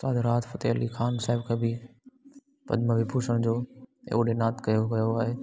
राहत फ़तेह अली ख़ान साहिब खे बि पदम विभूषण जो अवार्ड इनात कयो वियो आहे